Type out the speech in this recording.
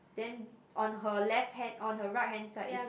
then on her left hand on her right hand side is